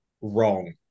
wrong